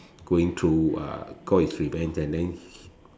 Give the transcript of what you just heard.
going through uh got his revenge and then